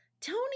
Tony